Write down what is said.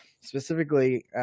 Specifically